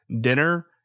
dinner